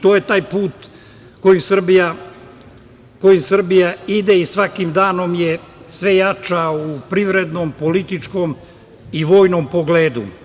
To je taj put kojim Srbija ide i svakim danom je sve jača u privrednom, političkom i vojnom pogledu.